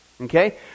okay